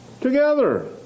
together